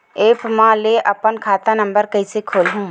App म ले अपन खाता नम्बर कइसे खोलहु?